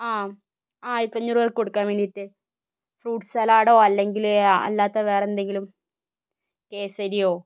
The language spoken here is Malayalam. ആ ആയിരത്തഞ്ഞൂറ് പേർക്ക് കൊടുക്കാൻ വേണ്ടിയിട്ട് ഫ്രൂട്ട് സലാഡോ അല്ലെങ്കില് അല്ലാത്ത വേറെ എന്തെങ്കിലും കേസരിയോ